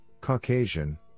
Caucasian